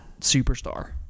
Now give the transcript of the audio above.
superstar